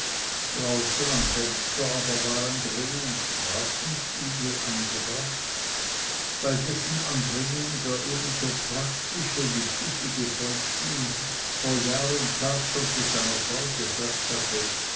draußen am fenster aber war ein dreh und straßenspiegel angebracht bei dessen anbringung der ebenso praktische wie pfiffige polzin vor jahr und tag schon zu seiner frau gesagt hatte